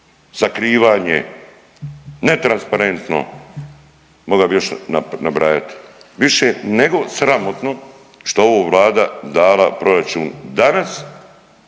sakrivanje, netransparentno, mogao bi još nabrajati, više nego sramotno što je ovo Vlada dala proračun danas